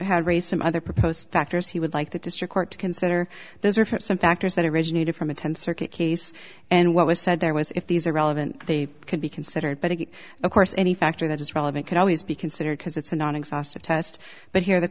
had raised some other proposed factors he would like the district court to consider those are some factors that originated from a tenth circuit case and what was said there was if these are relevant they can be considered but again of course any factor that is relevant could always be considered because it's a non exhaustive test but here the